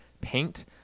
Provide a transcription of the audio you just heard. Paint